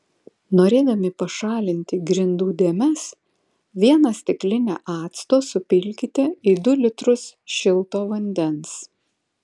norėdami pašalinti grindų dėmes vieną stiklinę acto supilkite į du litrus šilto vandens